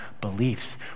beliefs